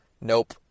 nope